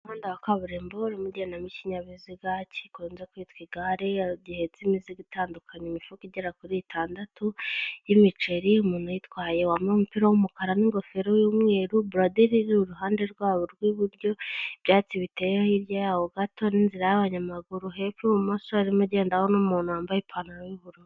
Umuhanda wa kaburimbo urimo ugendamo ikinyabiziga kikunze kwitwa igare aho gihetse imizigo itandukanye imifuka igera kuri itandatu y'imiceri umuntu uyitwaye wambaye umupira w'umukara n'ingofero y'umweru buradiri iri iruhande rwabo rw'iburyo ibyatsi biteye hirya yawo gato n'inzira y'abanyamaguru hepfo y'ibumoso yarimo igendaho n'umuntu wambaye ipantaro y'ubururu.